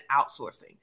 outsourcing